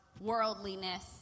worldliness